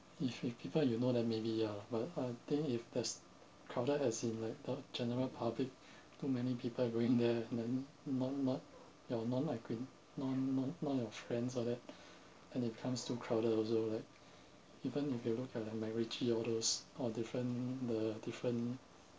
if if people you know then maybe ya but I think if there's crowded as in like the general public too many people going there and then not not you're not like non not not your friends all that and it comes too crowded also like even if you look at the macritchie all those or different the different